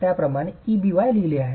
त्याचप्रमाणे εby लिहिलेले आहे